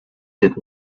did